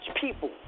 people